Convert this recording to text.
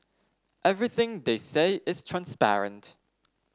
everything they say is transparent